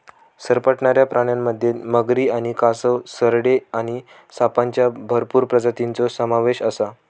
सरपटणाऱ्या प्राण्यांमध्ये मगरी आणि कासव, सरडे आणि सापांच्या भरपूर प्रजातींचो समावेश आसा